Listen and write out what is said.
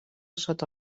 sota